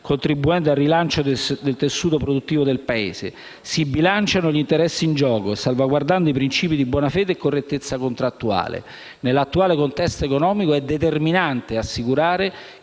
contribuendo al rilancio del tessuto produttivo del Paese. Si bilanciano gli interessi in gioco salvaguardando i principi di buona fede e correttezza contrattuale. Nell'attuale contesto economico è determinante assicurare